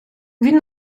він